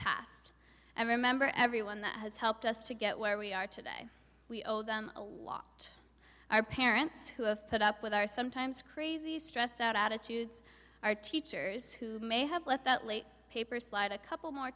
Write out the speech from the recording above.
past and remember everyone that has helped us to get where we are today we owe them a lot our parents who have put up with our sometimes crazy stressed out attitudes are teachers who may have let that late paper slide a couple more